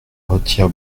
retire